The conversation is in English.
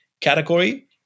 category